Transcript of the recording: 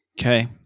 Okay